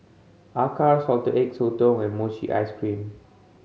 acar Salted Egg Sotong and mochi ice cream